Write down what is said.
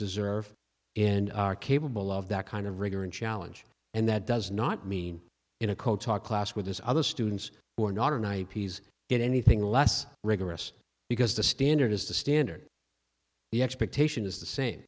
deserve and are capable of that kind of rigor and challenge and that does not mean in a code talk class with this other students who are not and i get anything less rigorous because the standard is the standard the expectation is the same